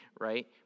right